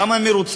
למה הם מרוצים?